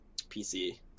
pc